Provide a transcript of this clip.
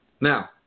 Now